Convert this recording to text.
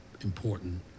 important